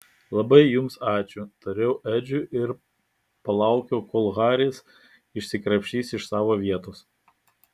labai jums ačiū tariau edžiui ir palaukiau kol haris išsikrapštys iš savo vietos